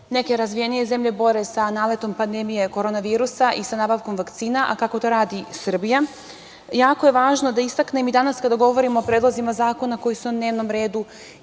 neke razvijenije zemlje bore sa naletom pandemije korona virusa i sa nabavkom vakcina, a kako to radi Srbija. Jako je važno da istaknem i danas kada govorimo o predlozima zakona koji su na dnevnom redu